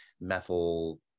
methyl